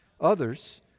Others